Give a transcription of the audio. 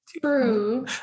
True